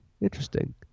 interesting